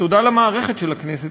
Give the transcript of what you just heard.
ותודה למערכת של הכנסת,